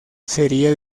sería